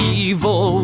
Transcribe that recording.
evil